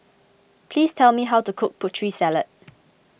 please tell me how to cook Putri Salad